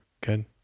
Good